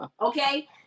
Okay